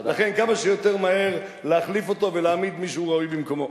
לכן כמה שיותר מהר להחליף אותו ולהעמיד מישהו ראוי במקומו.